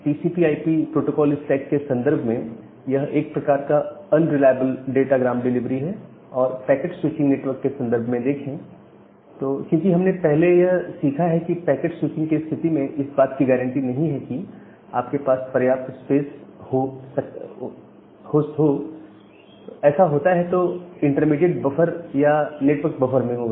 TCP IP protocol stack के संदर्भ में यह एक प्रकार का अनरिलायबल डाटा ग्राम डिलीवरी है और पैकेट स्विचिंग नेटवर्क के संदर्भ में देखें तो क्योंकि हमने पहले यह सीखा है की पैकेट स्विचिंग की स्थिति में इस बात की गारंटी नहीं है कि आपके पास पर्याप्त स्पेस हो ऐसा होता है तो यह इंटरमीडिएट बफर या नेटवर्क बफर में होगा